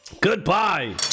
Goodbye